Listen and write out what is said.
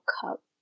Cup